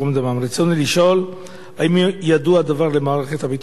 רצוני לשאול: 1. האם ידוע הדבר למערכת הביטחון?